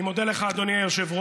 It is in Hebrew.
אני מודה לך, אדוני היושב-ראש,